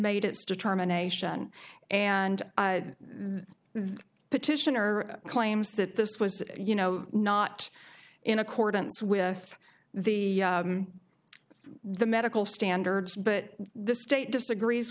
made its determination and the petitioner claims that this was you know not in accordance with the the medical standards but the state disagrees